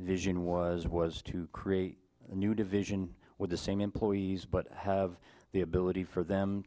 vision was was to create a new division with the same employees but have the ability for them